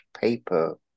paper